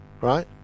right